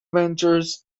ventures